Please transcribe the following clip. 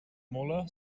mula